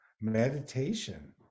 Meditation